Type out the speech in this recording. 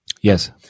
Yes